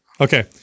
Okay